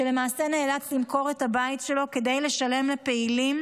שלמעשה נאלץ למכור את הבית שלו כדי לשלם לפעילים,